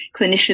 clinicians